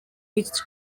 which